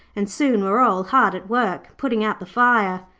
and soon were all hard at work, putting out the fire.